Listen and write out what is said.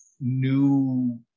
new